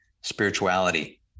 spirituality